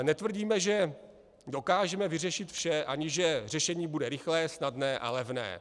Netvrdíme, že dokážeme vyřešit vše ani že řešení bude rychlé, snadné a levné.